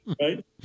Right